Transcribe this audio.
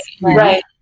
right